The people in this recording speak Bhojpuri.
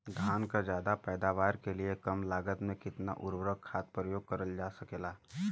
धान क ज्यादा पैदावार के लिए कम लागत में कितना उर्वरक खाद प्रयोग करल जा सकेला?